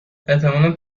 احتمالا